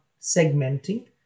segmenting